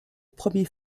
premier